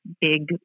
big